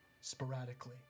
sporadically